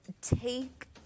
take